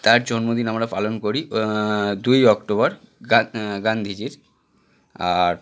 তার জন্মদিন আমরা পালন করি দুই অক্টোবর গা গান্ধীজির আর